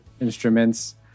instruments